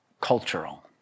cultural